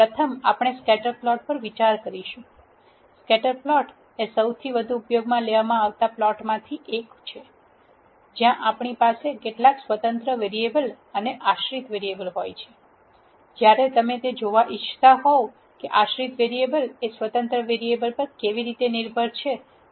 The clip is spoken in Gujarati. પ્રથમ આપણે સ્કેટર પ્લોટ પર વિચાર કરીશું સ્કેટર પ્લોટ એ સૌથી વધુ ઉપયોગમાં લેવામાં આવતા પ્લોટમાંથી એક છે જ્યાં આપણી પાસે કેટલાક સ્વતંત્ર વેરીએબલ અને આશ્રિત વેરીએબલ હોય છે જ્યારે તમે તે જોવા ઇચ્છતા હોવ કે આશ્રિત વેરીએબલ એ સ્વતંત્ર વેરીએબલ પર કેવી રીતે નિર્ભર છે